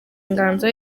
inganzo